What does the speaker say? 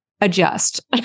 adjust